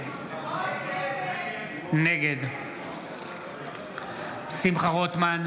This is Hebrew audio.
נגד שמחה רוטמן,